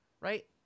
right